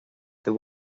the